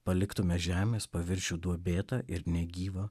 paliktume žemės paviršių duobėtą ir negyvą